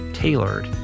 Tailored